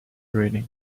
reading